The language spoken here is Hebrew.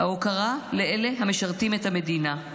ההוקרה לאלה המשרתים את המדינה.